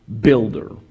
builder